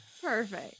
perfect